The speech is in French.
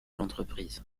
l’entreprise